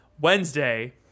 Wednesday